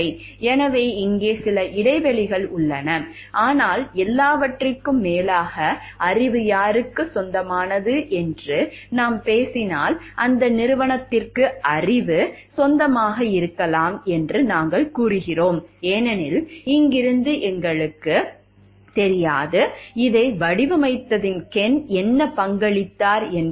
எனவே இங்கே சில இடைவெளிகள் உள்ளன ஆனால் எல்லாவற்றிற்கும் மேலாக அறிவு யாருக்கு சொந்தமானது என்று நாம் பேசினால் அந்த நிறுவனத்திற்கு அறிவு சொந்தமாக இருக்கலாம் என்று நாங்கள் கூறுகிறோம் ஏனெனில் இங்கிருந்து எங்களுக்குத் தெரியாது இதை வடிவமைப்பதில் கென் என்ன பங்களித்தார் என்பதையும் விரும்புகிறோம்